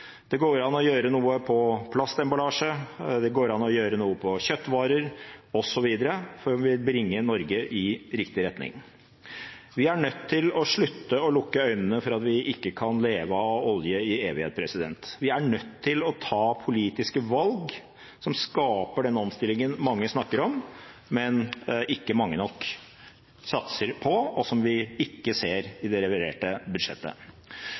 Det går an å gjøre noe med plastemballasje, det går an å gjøre noe med kjøttvarer osv. for å bringe Norge i riktig retning. Vi er nødt til å slutte å lukke øynene for at vi ikke kan leve av oljen i evighet. Vi er nødt til å ta politiske valg som skaper den omstillingen mange snakker om, men som ikke mange nok satser på, og som vi ikke ser i det reviderte budsjettet.